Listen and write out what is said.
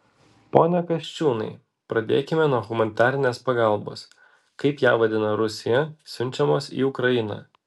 pone kasčiūnai pradėkime nuo humanitarinės pagalbos kaip ją vadina rusija siunčiamos į ukrainą